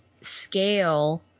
scale